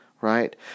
right